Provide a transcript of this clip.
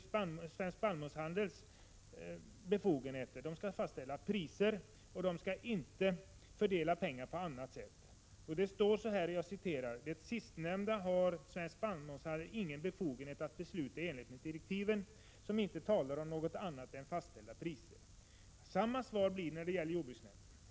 Svensk spannmålshandel har befogenhet att fastställa priser, men inte att fördela pengar på annat sätt. Så här står det: ”Det sistnämnda har Svensk spannmålshandel ingen befogenhet att besluta om i enlighet med direktiven, som inte talar om något annat än fastställda priser.” Samma svar blir det när det gäller jordbruksnämnden.